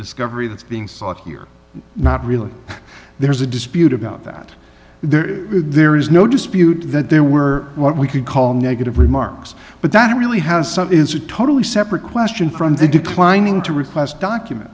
discovery that's being sought here not really there is a dispute about that there is there is no dispute that there were what we could call negative remarks but that really has some is a totally separate question from the declining to request document